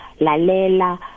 Lalela